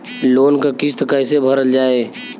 Loan क किस्त कैसे भरल जाए?